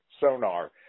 sonar